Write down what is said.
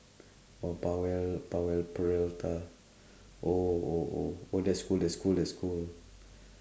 oh powell powell-peralta oh oh oh oh that's cool that's cool that's cool